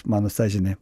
mano sąžinė